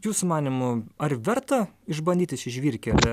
jūsų manymu ar verta išbandyti šį žvyrkelį